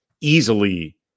easily